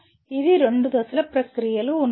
ఇది రెండు దశల ప్రక్రియ ఉన్నాయి